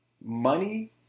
Money